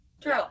True